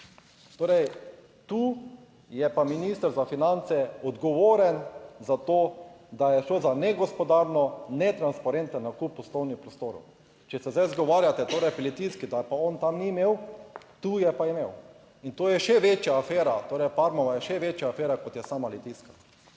Torej tu je pa minister za finance odgovoren za to, da je šlo za negospodarno netransparenten nakup poslovnih prostorov. Če se zdaj izgovarjate torej pri Litijski, da je pa on tam ni imel, tu je pa imel in to je še večja afera, torej Parmova je še večja afera kot je sama Litijska.